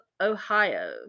Ohio